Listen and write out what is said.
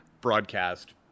broadcast